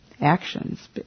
actions